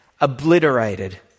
obliterated